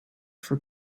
for